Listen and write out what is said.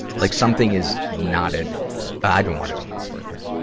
like something is knotted i don't wanna go any further.